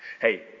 Hey